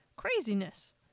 Craziness